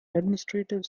administrative